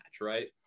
right